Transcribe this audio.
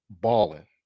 balling